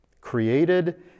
created